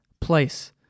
place